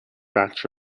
batch